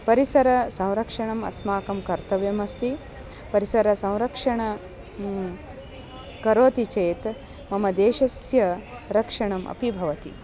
परिसरसंरक्षणम् अस्माकं कर्तव्यमस्ति परिसरसंरक्षणं करोति चेत् मम देशस्य रक्षणम् अपि भवति